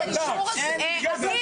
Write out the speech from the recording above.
--- אביר